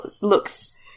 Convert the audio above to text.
looks